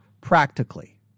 practically